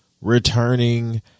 returning